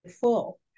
full